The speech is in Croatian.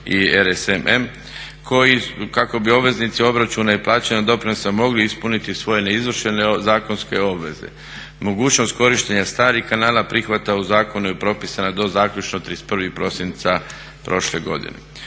i RSM kako bi obveznici obračune i plaćanja doprinosa mogli ispuniti svoje neizvršene zakonske obveze. Mogućnost korištenja starih kanala prihvata u zakonu je propisana do zaključno 31. prosinca prošle godine.